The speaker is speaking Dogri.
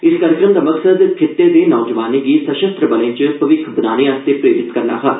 इस कार्यक्रम दा मकसद खिते दे नौजवानें गी सशस्त्र बलें च भविक्ख बनाने लेई प्रेरित करना हा